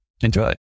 Enjoy